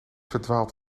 verdwaalt